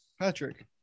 Patrick